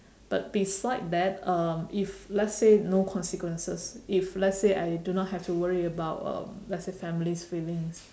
but beside that um if let's say no consequences if let's say I do not have to worry about um let's say families' feeling